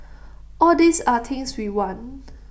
all these are things we want